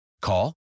Call